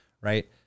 Right